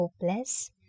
hopeless